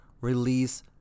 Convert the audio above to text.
release